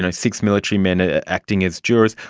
and six military men and ah acting as jurors.